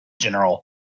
general